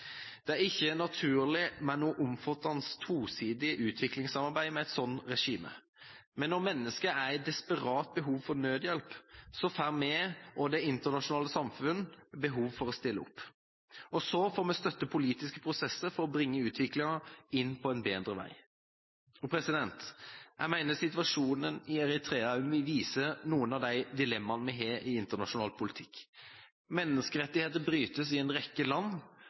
Det er ikke naturlig med noe omfattende tosidig utviklingssamarbeid med et sånt regime, men når mennesker er i desperat behov for nødhjelp, får vi og det internasjonale samfunn behov for å stille opp. Så får vi støtte politiske prosesser for å bringe utviklinga inn på en bedre vei. Jeg mener situasjonen i Eritrea også mye viser noen av de dilemmaene vi har i internasjonal politikk. Menneskerettigheter brytes i en rekke land,